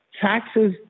taxes